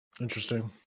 Interesting